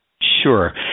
Sure